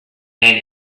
and